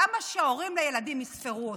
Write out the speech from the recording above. למה שהורים לילדים יספרו אותו?